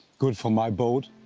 good for my boat.